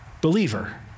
believer